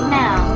now